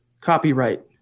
copyright